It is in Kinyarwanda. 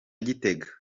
gitega